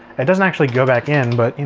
it doesn't actually go back in, but you